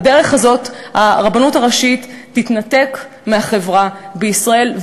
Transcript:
בדרך הזאת הרבנות הראשית תתנתק מהחברה בישראל,